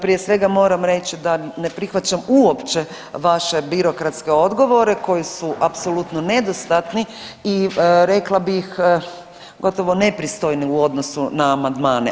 Prije svega moram reći da ne prihvaćam uopće vaše birokratske odgovore koji su apsolutno nedostatni i rekla bih gotovo nepristojni u odnosu na amandmane.